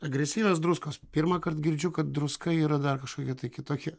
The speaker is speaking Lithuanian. agresyvios druskos pirmąkart girdžiu kad druska yra dar kažkokia kitokia